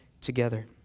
together